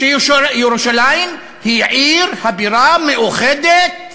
שירושלים היא עיר הבירה המאוחדת.